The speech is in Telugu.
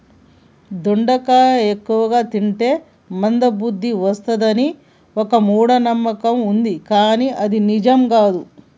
దొండకాయ ఎక్కువ తింటే మంద బుద్ది వస్తది అని ఒక మూఢ నమ్మకం వుంది కానీ అది నిజం కాదు